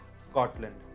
Scotland